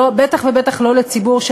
בטח ובטח לא לציבור,